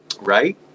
Right